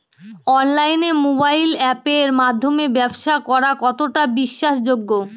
অনলাইনে মোবাইল আপের মাধ্যমে ব্যাবসা করা কতটা বিশ্বাসযোগ্য?